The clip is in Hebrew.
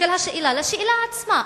לשאלה עצמה.